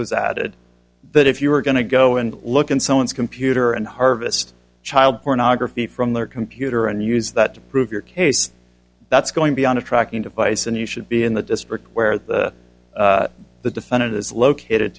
was added that if you were going to go and look in someone's computer and harvest child pornography from their computer and use that to prove your case that's going to be on a tracking device and you should be in the district where the defendant is located